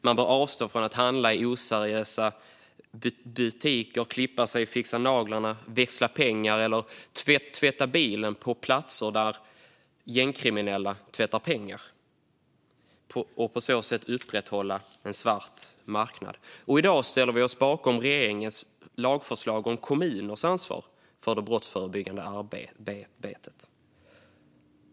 Man bör avstå från att handla i oseriösa butiker och från att klippa sig, fixa naglarna, växla pengar eller tvätta bilen på platser där gängkriminella tvättar pengar för att på så sätt undvika att en svart marknad upprätthålls. I dag ställer vi oss bakom regeringens lagförslag om kommuners ansvar för det brottsförebyggande arbetet.